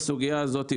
בסוגיה הזאת,